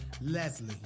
Leslie